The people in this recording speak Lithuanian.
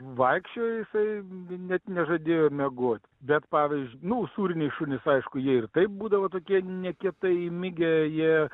vaikščiojo jisai net nežadėjo miegot bet pavyzdžiui nu usūriniai šunys aišku jie ir taip būdavo tokie nekietai įmigę jie